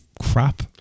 crap